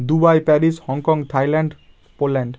Dubai Paris Hong Kong Thailand Poland